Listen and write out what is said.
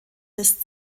des